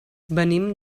venim